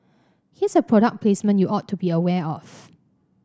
here's a product placement you ought to be aware of